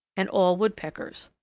and all woodpeckers.